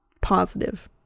positive